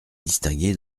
distingué